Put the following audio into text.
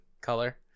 color